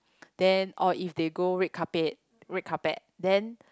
then or if they go red carpet red carpet then